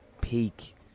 peak